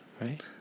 Right